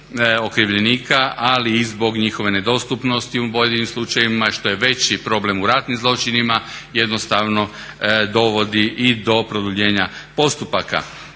ali i zbog njihove nedostupnosti u boljim slučajevima što je veći problem u ratnim zločinima jednostavno dovodi i do produljenja postupaka.